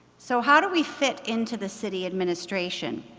so how do we fit into the city administration?